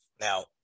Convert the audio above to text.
Now